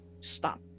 stop